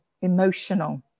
emotional